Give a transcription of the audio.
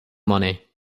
money